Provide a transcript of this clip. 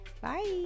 Bye